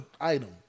item